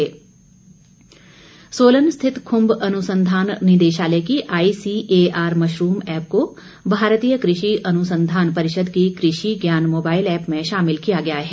app Solan स्थित खुम्ब अनुसंधान निदेशालय की आईसीएआर मशरूम ऐप को भारतीय कृषि अनुसंधान परिषद की कृषि ज्ञान मोाबइल ऐप में शामिल किया गया है